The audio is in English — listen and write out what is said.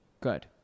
Good